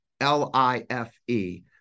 L-I-F-E